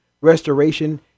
restoration